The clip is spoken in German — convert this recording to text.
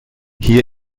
hier